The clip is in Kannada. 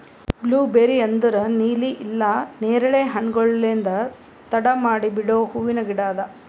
ಬ್ಲೂಬೇರಿ ಅಂದುರ್ ನೀಲಿ ಇಲ್ಲಾ ನೇರಳೆ ಹಣ್ಣುಗೊಳ್ಲಿಂದ್ ತಡ ಮಾಡಿ ಬಿಡೋ ಹೂವಿನ ಗಿಡ ಅದಾ